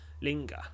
linger